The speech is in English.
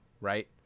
right